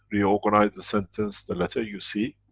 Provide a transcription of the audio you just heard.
we organize the sentence, the letter you see,